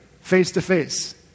face-to-face